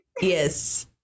Yes